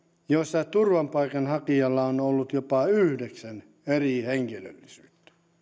joissa turvapaikanhakijalla on ollut jopa yhdeksän eri henkilöllisyyttä